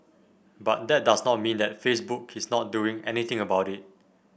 but that does not mean that Facebook is not doing anything about it